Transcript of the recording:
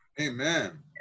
Amen